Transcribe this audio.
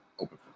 open